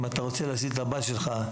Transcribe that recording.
אם אתה רוצה להציל את הבת שלך,